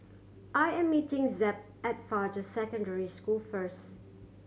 I am meeting Zeb at Fajar Secondary School first